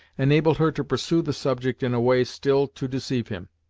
enabled her to pursue the subject in a way still to deceive him.